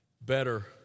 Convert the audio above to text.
Better